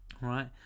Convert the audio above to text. right